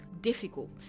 difficult